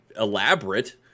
elaborate